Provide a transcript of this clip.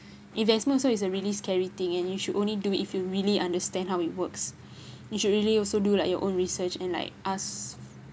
investment so it's a really scary thing and you should only do it if you really understand how it works you should really also do like your own research and like ask